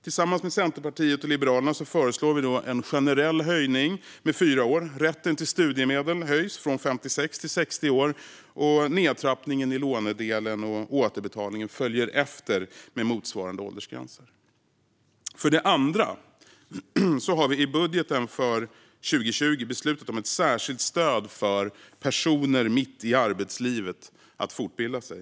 Tillsammans med Centerpartiet och Liberalerna föreslår vi en generell höjning med fyra år. Rätten till studiemedel höjs från 56 till 60 år, och nedtrappningen i lånedelen och återbetalningen följer efter med motsvarande åldersgränser. För det andra har vi i budgeten för 2020 beslutat om ett särskilt stöd för personer mitt i arbetslivet att fortbilda sig.